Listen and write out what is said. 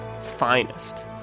finest